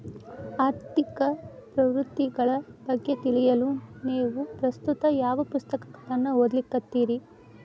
ಆರ್ಥಿಕ ಪ್ರವೃತ್ತಿಗಳ ಬಗ್ಗೆ ತಿಳಿಯಲು ನೇವು ಪ್ರಸ್ತುತ ಯಾವ ಪುಸ್ತಕಗಳನ್ನ ಓದ್ಲಿಕತ್ತಿರಿ?